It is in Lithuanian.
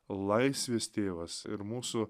laisvės tėvas ir mūsų